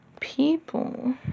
People